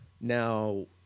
Now